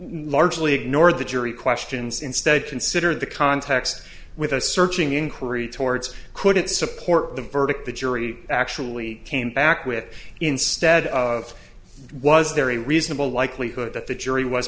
largely ignored the jury questions instead consider the context with a searching inquiry towards couldn't support the verdict the jury actually came back with instead of was there a reasonable likelihood that the jury was